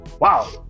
wow